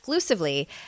exclusively